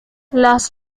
las